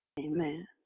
Amen